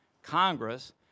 Congress